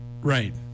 Right